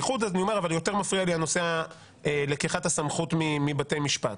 אבל יותר מפריע לי לקיחת הסמכות מבתי משפט.